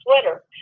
sweater